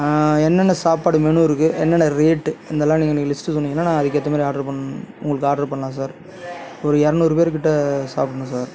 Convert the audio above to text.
என்னென்ன சாப்பாடு மெனு இருக்குது என்னென்ன ரேட் இதெல்லாம் நீங்கள் எனக்கு லிஸ்ட்டு சொன்னிங்கன்னால் நாங்கள் அதுக்கேற்ற மாதிரி ஆட்ரு பண் உங்களுக்கு ஆட்ரு பண்ணலாம் சார் ஒரு இரநூறு பேரு கிட்ட சாப்படண்ணும் சார்